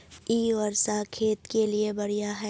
इ वर्षा खेत के लिए बढ़िया है?